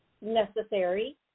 necessary